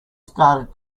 started